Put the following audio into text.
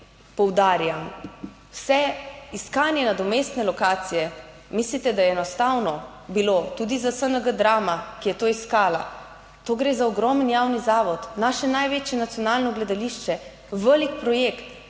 poudarjam, vse iskanje nadomestne lokacije mislite, da je enostavno bilo tudi za SNG Drama, ki je to iskala? To gre za ogromen javni zavod, naše največje nacionalno gledališče, velik projekt,